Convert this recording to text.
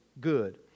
good